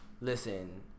listen